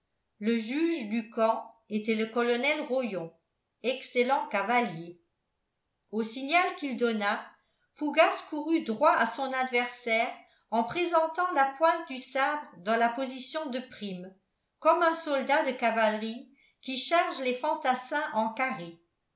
le juge du camp était le colonel rollon excellent cavalier au signal qu'il donna fougas courut droit à son adversaire en présentant la pointe du sabre dans la position de prime comme un soldat de cavalerie qui charge les fantassins en carré